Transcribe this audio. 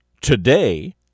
today